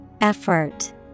Effort